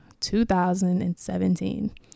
2017